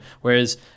Whereas